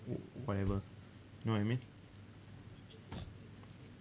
wh~ whatever you know what I mean